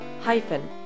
hyphen